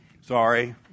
Sorry